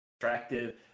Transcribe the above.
attractive